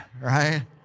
right